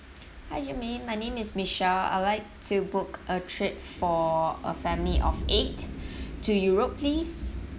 hi germaine my name is michelle I'd like to book a trip for a family of eight to europe please